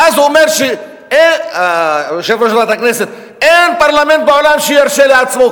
ואז אומר יושב-ראש ועדת הכנסת: אין פרלמנט בעולם שירשה לעצמו,